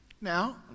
Now